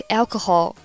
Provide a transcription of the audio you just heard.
alcohol